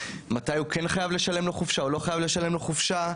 מתי הוא כן חייב או לא חייב לשלם לו חופשה,